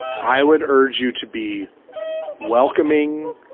i would urge you to be welcoming,